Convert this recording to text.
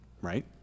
Right